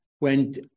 went